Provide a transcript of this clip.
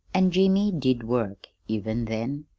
an' jimmy did work, even then.